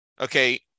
Okay